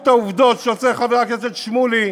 לבין עיוות העובדות שעושה חבר הכנסת שמולי,